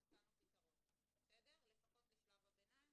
גם הצענו פתרון לפחות לשלב הביניים,